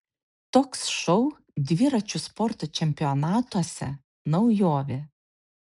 toks šou dviračio sporto čempionatuose naujovė